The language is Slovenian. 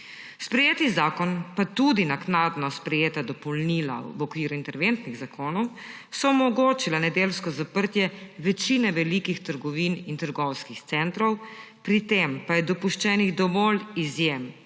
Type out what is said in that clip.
Sprejeti zakon pa tudi naknadno sprejeta dopolnila v okviru interventnih zakonov so omogočila nedeljsko zaprtje večine velikih trgovin in trgovskih centrov, pri tem pa je dopuščenih dovolj izjem,